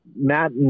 Matt